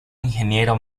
ingeniero